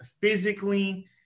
physically